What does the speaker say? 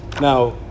now